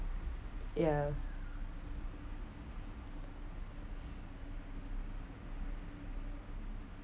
ya